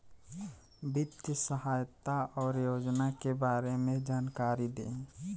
वित्तीय सहायता और योजना के बारे में जानकारी देही?